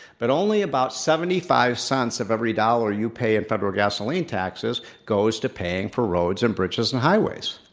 but only about seventy five cents of every dollar you pay in federal gasoline taxes goes to paying for roads and bridges and highways.